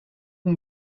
can